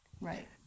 right